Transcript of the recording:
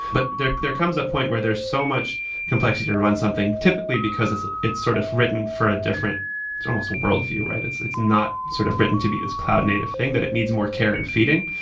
but there there comes a point where there's so much complexity to run something typically because it's it's sort of written for a different it's almost a worldview. it's it's not sort of written to be as cloud native thing that it needs more care and feeding,